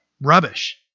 Rubbish